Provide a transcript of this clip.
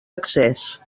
accés